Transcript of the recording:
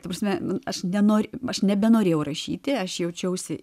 ta prasme aš nenorė aš nebenorėjau rašyti aš jaučiausi